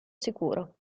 sicuro